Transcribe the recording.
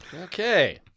Okay